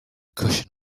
cushion